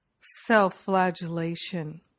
self-flagellation